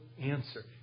answer